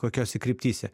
kokiose kryptyse